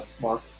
Mark